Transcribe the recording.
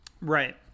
Right